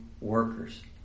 workers